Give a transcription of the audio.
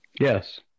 Yes